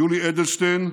יולי אדלשטיין,